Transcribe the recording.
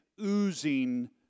oozing